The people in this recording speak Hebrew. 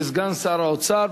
לסגן שר האוצר.